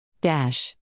Dash